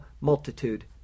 multitude